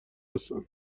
هستند